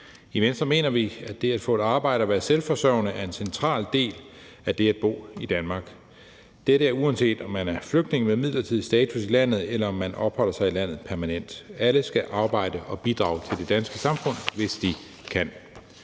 I Venstre mener vi, at det at få et arbejde og være selvforsørgende er en central del af det at bo i Danmark. Dette er, uanset om man er flygtning med midlertidig status i landet, eller om man opholder sig i landet permanent. Alle skal arbejde og bidrage til det danske samfund, hvis de kan.